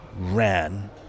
ran